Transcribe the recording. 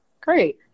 great